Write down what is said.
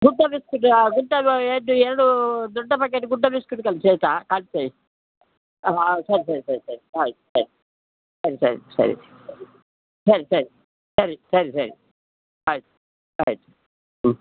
ಗುಡ್ಡ ಬಿಸ್ಕೆಟ್ ಗುಡ್ಡ ಎರಡು ಎರಡು ದೊಡ್ಡ ಪ್ಯಾಕೇಟ್ ಗುಡ್ಡ ಬಿಸ್ಕೆಟ್ ಕಳಿಸಿ ಆಯಿತಾ ಕಳಿಸಿ ಹಾಂ ಸರಿ ಸರಿ ಸರಿ ಸರಿ ಆಯ್ತು ಆಯ್ತು ಸರಿ ಸರಿ ಸರಿ ಸರಿ ಸರಿ ಸರಿ ಸರಿ ಸರಿ ಆಯ್ತು ಆಯ್ತು ಹ್ಞೂ